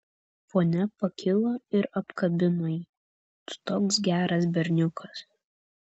ponia pakilo ir apkabino jį tu toks geras berniukas